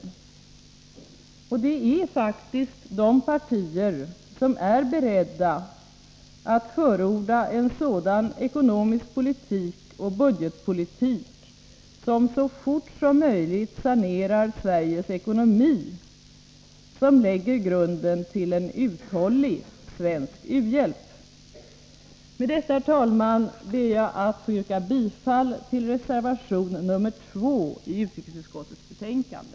Det är faktiskt de partier som är beredda att förorda en sådan ekonomisk politik och budgetpolitik som så fort som möjligt sanerar Sveriges ekonomi som lägger grunden till en uthållig svensk u-hjälp. Med detta, herr talman, ber jag att få yrka bifall till reservation nr 2 i utrikesutskottets betänkande.